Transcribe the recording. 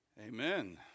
Amen